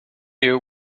you